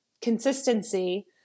consistency